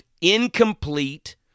incomplete